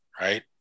right